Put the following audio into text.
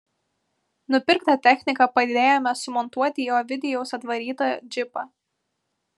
nupirktą techniką padėjome sumontuoti į ovidijaus atvarytą džipą